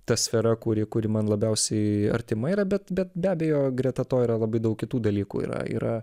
ta sfera kuri kuri man labiausiai artima yra bet bet be abejo greta to yra labai daug kitų dalykų yra yra